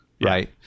Right